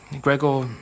Gregor